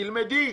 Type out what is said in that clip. תלמדי.